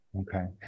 okay